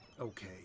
okay